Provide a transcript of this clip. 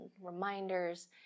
reminders